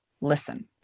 listen